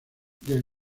del